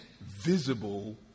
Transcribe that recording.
visible